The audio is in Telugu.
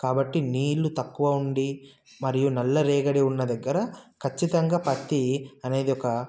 కాబట్టి నీళ్ళు తక్కువ ఉండి మరియు నల్ల రేగడి ఉన్నదగ్గర ఖచ్చితంగా పత్తి అనేది ఒక